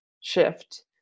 shift